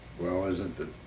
well, it was ah the